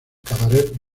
cabaret